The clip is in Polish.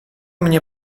mnie